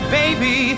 baby